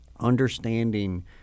Understanding